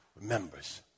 remembers